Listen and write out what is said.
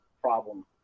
problem